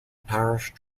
parish